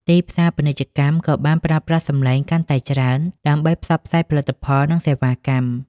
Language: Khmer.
ទីផ្សារពាណិជ្ជកម្ម ក៏បានប្រើប្រាស់សំឡេងកាន់តែច្រើនដើម្បីផ្សព្វផ្សាយផលិតផល និងសេវាកម្ម។